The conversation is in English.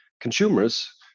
consumers